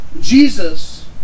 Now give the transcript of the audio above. Jesus